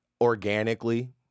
organically